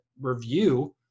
review